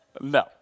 No